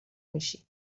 میشی